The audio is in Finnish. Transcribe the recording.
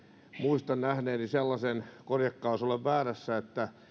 muistan nähneeni sellaisen tiedon korjatkaa jos olen väärässä että